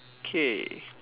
okay